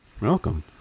Welcome